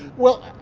well,